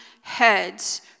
heads